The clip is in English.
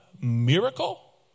miracle